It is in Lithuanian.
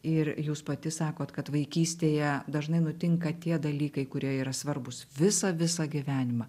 ir jūs pati sakot kad vaikystėje dažnai nutinka tie dalykai kurie yra svarbūs visą visą gyvenimą